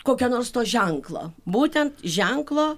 kokio nors to ženklo būtent ženklo